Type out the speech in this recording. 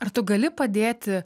ar tu gali padėti